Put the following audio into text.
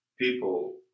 people